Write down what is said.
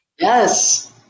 yes